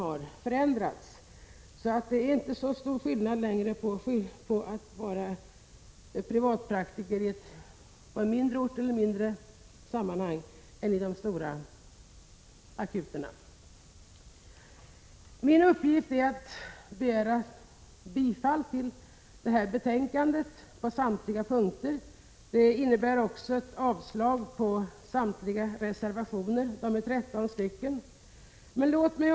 Det är därför inte längre så stor skillnad mellan att vara privatpraktiker på ett mindre ställe eller på en stor akutmottagning. Min uppgift är att yrka bifall till utskottets hemställan på samtliga punkter. 57 Det innebär också ett avslagsyrkande på samtliga 13 reservationer.